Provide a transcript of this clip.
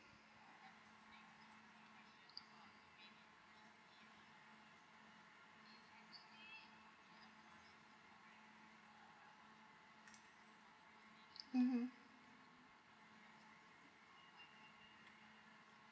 mmhmm